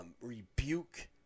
rebuke